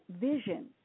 vision